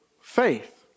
faith